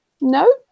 No